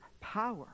power